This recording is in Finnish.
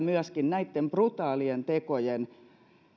myöskin näitten brutaalien tekojen